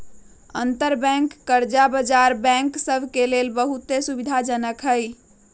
अंतरबैंक कर्जा बजार बैंक सभ के लेल बहुते सुविधाजनक हइ